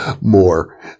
more